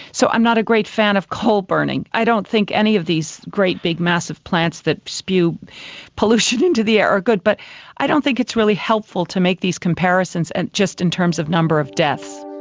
so i'm not a great fan of coal-burning. i don't think any of these great big massive plants that spew pollution into the air are good. but i don't think it's really helpful to make these comparisons and just in terms of number of deaths.